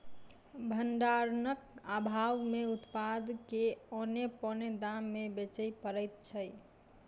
भंडारणक आभाव मे उत्पाद के औने पौने दाम मे बेचय पड़ैत छै